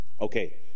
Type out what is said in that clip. Okay